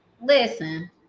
Listen